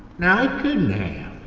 nah, he couldn't have.